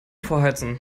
vorheizen